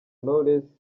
knowless